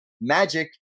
magic